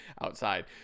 outside